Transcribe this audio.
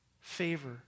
Favor